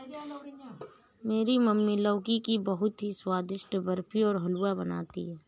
मेरी मम्मी लौकी की बहुत ही स्वादिष्ट बर्फी और हलवा बनाती है